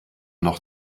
noch